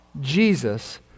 Jesus